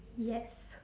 yes